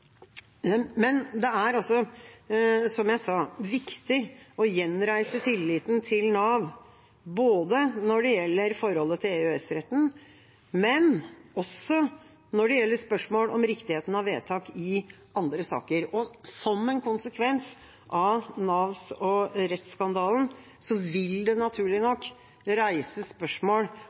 Det er, som jeg sa, viktig å gjenreise tilliten til Nav, både når det gjelder forholdet til EØS-retten, men også når det gjelder spørsmål om riktigheten av vedtak i andre saker. Som en konsekvens av Nav-saken og rettsskandalen vil det naturlig nok reises spørsmål